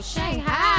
Shanghai